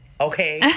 Okay